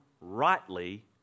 rightly